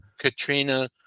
Katrina